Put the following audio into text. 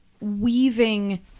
weaving